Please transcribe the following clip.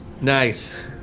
Nice